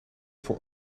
voor